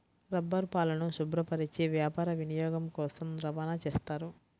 రబ్బరుపాలను శుభ్రపరచి వ్యాపార వినియోగం కోసం రవాణా చేస్తారు